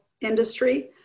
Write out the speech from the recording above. industry